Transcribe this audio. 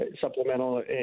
supplemental